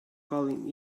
calling